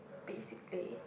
basic day